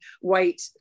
white